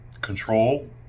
control